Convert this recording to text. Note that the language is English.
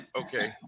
okay